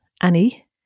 annie